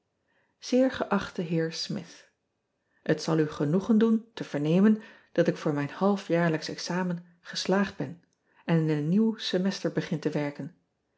eer geachte eer mith et zal u genoegen doen te vernemen dat ik voor mijn halfjaarlijksch examen geslaagd ben en in een nieuw semester begin te werken